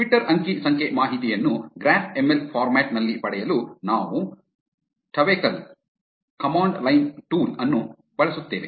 Twitter ಅಂಕಿ ಸಂಖ್ಯೆ ಮಾಹಿತಿಯನ್ನು ಗ್ರಾಫ್ ಎಂಎಲ್ ಫಾರ್ಮ್ಯಾಟ್ ನಲ್ಲಿ ಪಡೆಯಲು ನಾವು ಟವೆಕಲ್ ಕಮಾಂಡ್ ಲೈನ್ ಟೂಲ್ ಅನ್ನು ಬಳಸುತ್ತೇವೆ